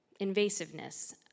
invasiveness